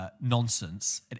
Nonsense